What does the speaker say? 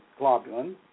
globulin